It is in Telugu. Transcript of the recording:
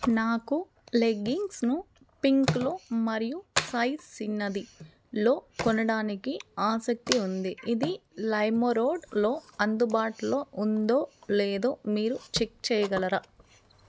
నాకు లెగ్గింగ్స్ను పింక్లో మరియు సైజ్ చిన్నదిలో కొనడానికి ఆసక్తి ఉంది ఇది లైమెరోడ్లో అందుబాటులో ఉందో లేదో మీరు చెక్ చేయగలరా